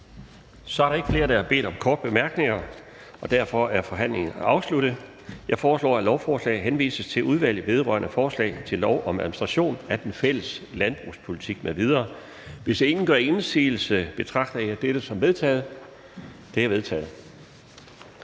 Der er ikke flere, der har bedt om ordet til korte bemærkninger, og derfor er forhandlingen sluttet. Jeg foreslår, at lovforslaget henvises til Udvalget vedrørende forslag til lov om administration af den fælles landbrugspolitik m.v. Hvis ingen gør indsigelse, betragter jeg dette som vedtaget. Det er vedtaget.